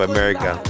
America